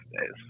days